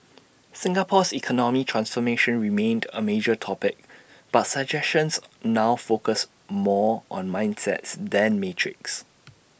Singapore's economic transformation remained A major topic but suggestions now focused more on mindsets than metrics